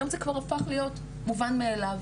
היו זה כבר הפך להיות מובן מאליו,